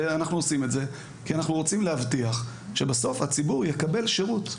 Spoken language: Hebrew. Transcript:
אנחנו עושים את זה כי אנחנו רוצים להבטיח שבסוף הציבור יקבל שירות.